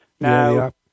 Now